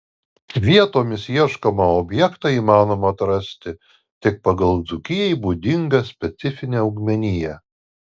vietomis ieškomą objektą įmanoma atrasti tik pagal dzūkijai būdingą specifinę augmeniją